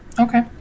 Okay